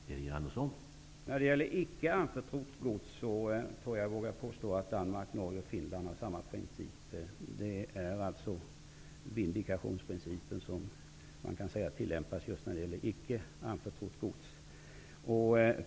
Herr talman! När det gäller icke anförtrott gods tror jag att jag vågar påstå att Danmark, Norge och Finland tillämpar samma princip, nämligen vindikationsprincipen.